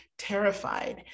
terrified